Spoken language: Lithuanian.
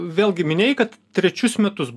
vėlgi minėjai kad trečius metus